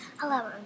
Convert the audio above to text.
Hello